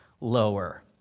lower